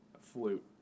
flute